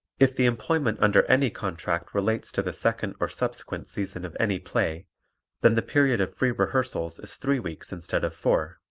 if the employment under any contract relates to the second or subsequent season of any play then the period of free rehearsals is three weeks instead of four,